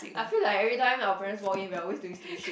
I feel like everytime our parents walk in we are always doing stupid shit